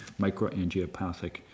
microangiopathic